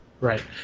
Right